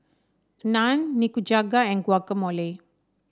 Naan Nikujaga and Guacamole